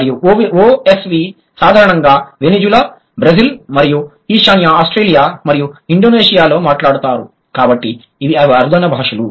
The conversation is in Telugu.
మరి OSV సాధారణంగా వెనిజులా బ్రెజిల్ మరియు ఈశాన్య ఆస్ట్రేలియా మరియు ఇండోనేషియాలో మాట్లాడతారు కాబట్టి ఇవి అరుదైన రూపాలు